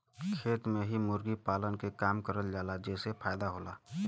खेत में ही मुर्गी पालन के काम करल जाला जेसे फायदा होला